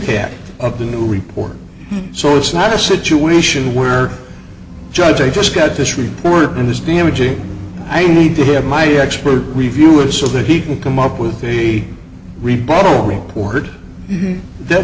head of the new report so it's not a situation where judge i just got this report and it's damaging i need to have my expert review it so that he can come up with the rebuttal report that